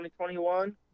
2021